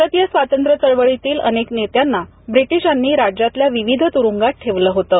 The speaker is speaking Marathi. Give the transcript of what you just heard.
भारतीय स्वातंत्र्य चळवळीतील अनेक नेत्यांना व्रिटीशांनी राज्यातल्या विविध तुरुंगात ठेवलं होतं